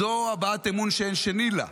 זו הבעת אמון שאין שנייה לה.